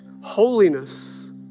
Holiness